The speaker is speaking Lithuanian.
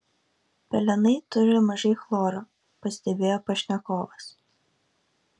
pelenai turi mažai chloro pastebėjo pašnekovas